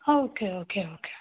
okay okay okay okay